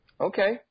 Okay